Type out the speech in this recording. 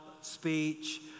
speech